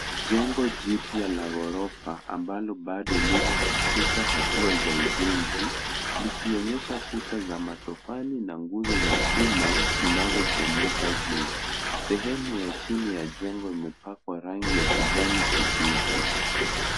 Jengo jipya la ghorofa ambalo bado liko katika hatua za ujenzi likionyesha kuta za matofali na nguzo za chuma zinazochomoka juu. Sehemu ya chini ya jengo limepakwa rangi ya kijani kibichi.